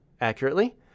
accurately